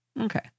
Okay